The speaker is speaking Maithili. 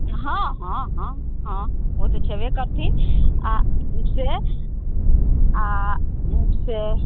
हँ हँ हँ हँ ओ तऽ छेबे करथिन आ से आ से